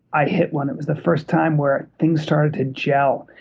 i hit one. it was the first time where things started to gel.